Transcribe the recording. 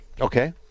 Okay